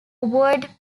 word